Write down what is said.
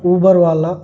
Uber వాళ్ళా